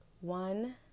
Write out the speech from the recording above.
One